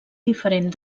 diferent